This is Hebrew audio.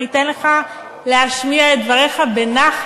אני אתן לך להשמיע את דבריך בנחת,